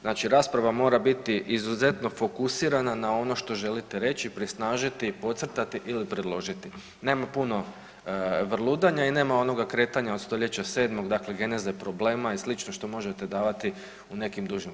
Znači, rasprava mora biti izuzetno fokusirana na ono što želite reći, prisnažiti i podcrtati ili predložiti, nema puno vrludanja i nema onoga kretanja od stoljeća sedmog, dakle geneza i problema i slično što možete davati u nekim dužim